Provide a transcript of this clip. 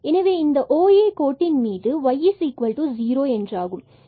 எனவே இந்த OA கோட்டின் மீதுy0 என்றாகும்